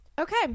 Okay